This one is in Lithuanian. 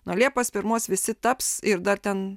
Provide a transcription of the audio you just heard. nuo liepos pirmos visi taps ir dar ten